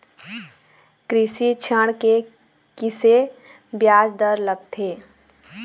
कृषि ऋण के किसे ब्याज दर लगथे?